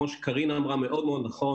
כמו שקרין נהון אמרה מאוד מאוד נכון,